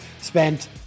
spent